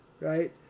right